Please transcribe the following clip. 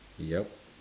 yup